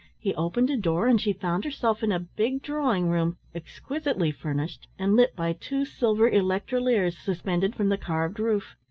he opened a door and she found herself in a big drawing-room, exquisitely furnished and lit by two silver electroliers suspended from the carved roof.